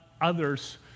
others